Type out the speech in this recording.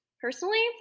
Personally